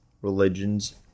religions